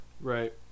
Right